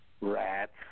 Rats